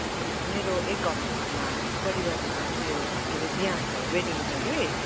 हजुर मेरो एक हप्तामा परिवारमा उयो के रे बिहा छ वेडिङ छ कि